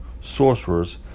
sorcerers